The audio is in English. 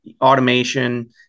automation